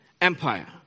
Empire